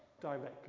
directly